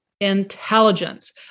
intelligence